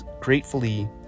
gratefully